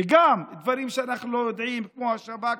וגם דברים שאנחנו לא יודעים כמו השב"כ,